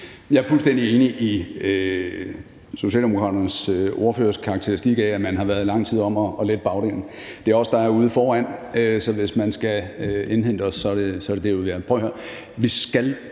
Jeg er fuldstændig enig i Socialdemokraternes ordførers karakteristik af, at man har været lang tid om at lette bagdelen. Det er os, der er ude foran, så hvis man skal indhente os, er det derude, vi er. Prøv